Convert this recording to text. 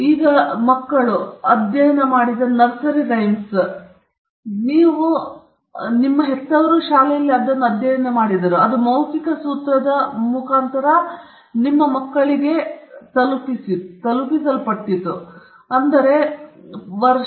ಈಗ ನಿಮ್ಮ ಮಕ್ಕಳು ನೀವು ಅಧ್ಯಯನ ಮಾಡಿದ ನರ್ಸರಿ ರೈಮ್ಸ್ ಅಧ್ಯಯನ ಮಾಡುತ್ತಿದ್ದರೆ ಮತ್ತು ಪ್ರಾಯಶಃ ನಿಮ್ಮ ಹೆತ್ತವರು ಶಾಲೆಯಲ್ಲಿ ಅಧ್ಯಯನ ಮಾಡಿದ್ದರೆ ಅದು ಮೌಖಿಕ ಸೂತ್ರದ ಸಂಪ್ರದಾಯದ ಕಾರಣ